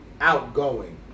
outgoing